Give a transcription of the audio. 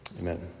Amen